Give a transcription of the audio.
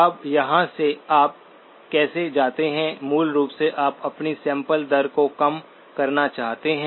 अब यहां से आप कैसे जाते हैं मूल रूप से आप अपनी सैंपल दर को कम करना चाहते हैं